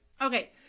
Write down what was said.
Okay